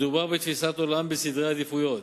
מדובר בתפיסת עולם וסדרי עדיפויות.